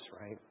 right